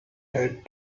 had